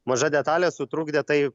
maža detalė sutrukdė tai